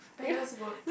better is good